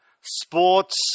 sports